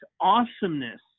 awesomeness